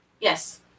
Yes